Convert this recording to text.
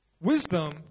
Wisdom